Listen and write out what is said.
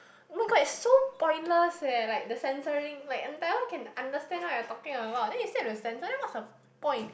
oh-my-god it's so pointless eh like the censoring like can understand what you are talking about then you still have to censor then what's the point